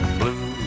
blue